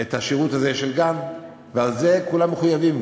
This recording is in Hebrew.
את השירות הזה, של גן, ובזה כולם מחויבים.